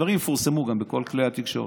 הדברים יפורסמו גם בכל כלי התקשורת.